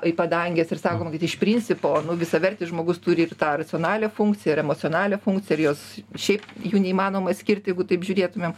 į padanges ir sakoma kad iš principo nu visavertis žmogus turi ir tą racionalią funkciją ir emocionalią funkciją ir jos šiaip jų neįmanoma atskirt jeigu taip žiūrėtumėm